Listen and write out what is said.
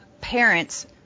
parents